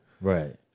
Right